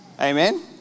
Amen